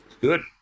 Good